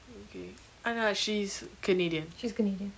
ookay and uh she is canadian